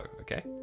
okay